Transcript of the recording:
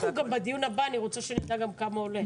--- בדיון הבא אני רוצה שנדע גם כמה עולה.